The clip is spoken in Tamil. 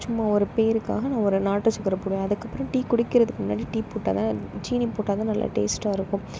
சும்மா ஒரு பேருக்காக நான் ஒரு நாட்டு சக்கரை போடுவேன் அதுக்கப்புறம் டீ குடிக்கிறதுக்கு முன்னாடி டீ போட்டால்தான் சீனி போட்டால்தான் நல்லா டேஸ்ட்டாயிருக்கும்